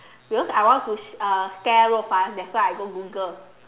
because I want to uh scare Rou-Fan that's why I go Google